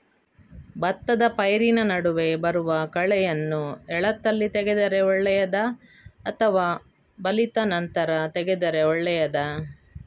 ಭತ್ತದ ಪೈರಿನ ನಡುವೆ ಬರುವ ಕಳೆಯನ್ನು ಎಳತ್ತಲ್ಲಿ ತೆಗೆದರೆ ಒಳ್ಳೆಯದಾ ಅಥವಾ ಬಲಿತ ನಂತರ ತೆಗೆದರೆ ಒಳ್ಳೆಯದಾ?